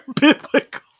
Biblical